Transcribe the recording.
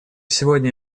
сегодня